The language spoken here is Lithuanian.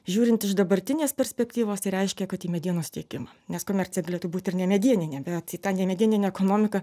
žiūrint iš dabartinės perspektyvos tai reiškia kad į medienos tiekimą nes komercija galėtų būti ir nemedieninė bet į tą nemedieninę ekonomiką